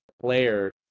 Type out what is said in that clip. player